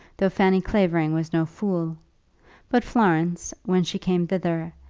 though fanny clavering was no fool but florence, when she came thither,